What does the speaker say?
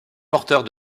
porteurs